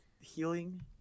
healing